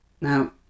now